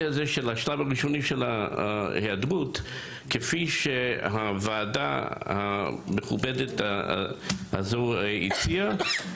הזה של השלב הראשוני של ההיעדרות כפי שהוועדה המכובדת הזו הציעה,